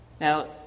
Now